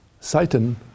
Satan